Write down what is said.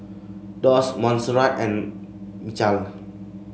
Doss Monserrat and Michal